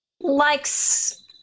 Likes